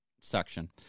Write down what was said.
section